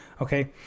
Okay